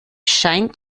scheint